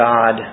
God